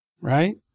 right